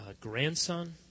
grandson